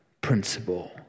principle